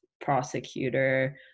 prosecutor